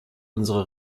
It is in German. unsere